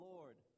Lord